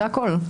זה הכול.